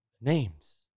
names